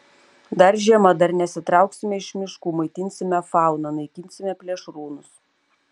dar žiema dar nesitrauksime iš miškų maitinsime fauną naikinsime plėšrūnus